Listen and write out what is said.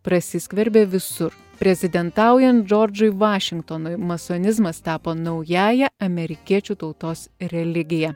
prasiskverbė visur prezidentaujan džordžui vašingtonui masonizmas tapo naująja amerikiečių tautos religija